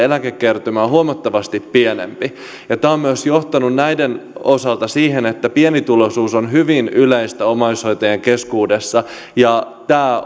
eläkekertymä on huomattavasti pienempi tämä on myös johtanut näiden osalta siihen että pienituloisuus on hyvin yleistä omaishoitajien keskuudessa ja tämä